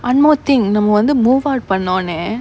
one more thing நம்ம வந்து:namma vanthu move out பண்னோனே:pannonae